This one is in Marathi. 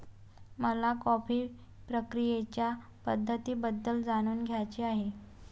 मला कॉफी प्रक्रियेच्या पद्धतींबद्दल जाणून घ्यायचे आहे